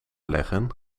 leggen